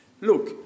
Look